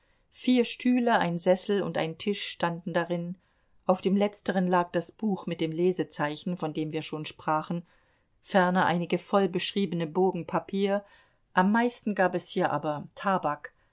vier stühle ein sessel und ein tisch standen darin auf dem letzteren lag das buch mit dem lesezeichen von dem wir schon sprachen ferner einige vollbeschriebene bogen papier am meisten gab es hier aber tabak